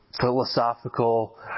philosophical